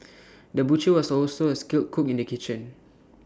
the butcher was also A skilled cook in the kitchen